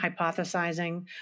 hypothesizing